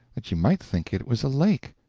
that you might think it was a lake,